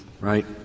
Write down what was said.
right